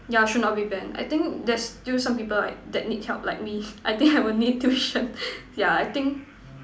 yeah should not be banned I think there's still some people like that need help like me I think I would need tuition yeah I think